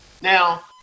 Now